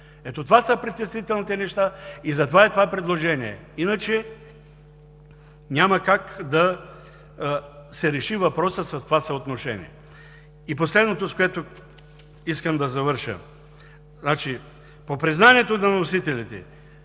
Ето това са притеснителните неща и затова е това предложение Иначе няма как да се реши въпросът с това съотношение. И последното, с което искам да завърша. По признанието на вносителите